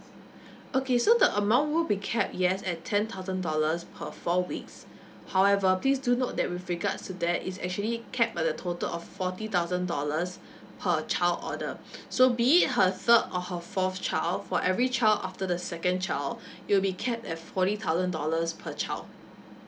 okay so the amount would be cap yes at ten thousand dollars per four weeks however please do note that with regards to that is actually cap at a total of forty thousand dollars per child order so be it her third or her fourth child for every child after the second child you'll be cap at forty thousand dollars per child